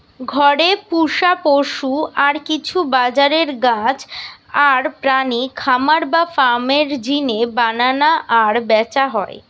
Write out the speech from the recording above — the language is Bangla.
ঘরে পুশা পশু আর কিছু বাজারের গাছ আর প্রাণী খামার বা ফার্ম এর জিনে বানানা আর ব্যাচা হয়